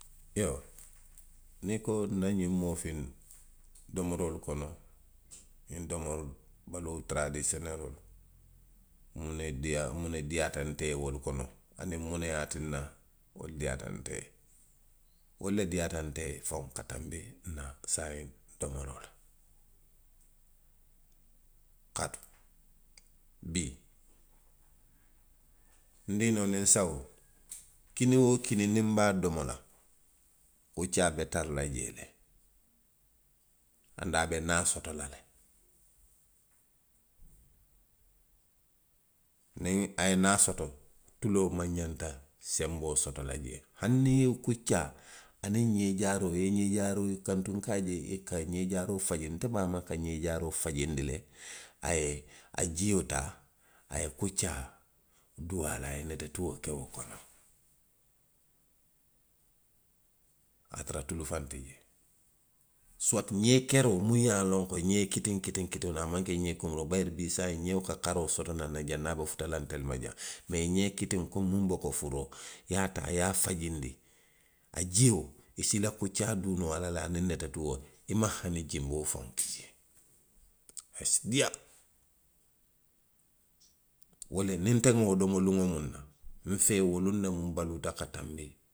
Niŋ i ko nna ňiŋ moofiŋ domoroolu kono, ňiŋ domoroolu, baluu taradisiyoneloolu. muŋ ne diiyaa, muŋ ne diiyaa nte ye wolu kono. aniŋ munne ye a tinna wolu diiyaata nte ye? Wolu le diiyaata nte ye faŋ ka tanbi nna saayiŋ domoroolu la, kaatu. bii, ndiinoo niŋ nsawoo. kini woo kini, niŋ nbe a domo la. kuccaa be tara la jee le. anduŋ a be naa soto la le. Niŋ a ye naa soto. tuloo maŋ ňanta senboo soto la jee. Haniŋ i ye kuccaa aniŋ ňee jaaroo, i ye ňee jaaroo, kantuŋ nka a je, i ka ňee jaaroo faji, nte baamaa ka ňee jaaroo fajindi le a jiol taa, a ye kuccaa duu a la, a ye netetuo ke wo kono, a ye a tara tulu faŋ ti jee. Suwaati ňee keroo muŋ ye a loŋ ko xee kitiŋ, kitiŋ kitiŋo a maŋ ke kumuriŋo ti. bayiri bii saayiŋ ňeo ka karoo soto naŋ ne janniŋ a be futa ntelu ma jaŋ. Mee ňee kitiŋo komi muŋ be ko furoo, i ye a taa, i ye a fajindi, a jio, i si i la kuccaa duu noo a la le. aniŋ netetuo i maŋ hani junboo faŋo ki jee. A si diiyaa, wo de niŋ nte nŋa wo domo luŋo miŋ na, nfee wo luŋ noŋ nbaluuta ka tanbi.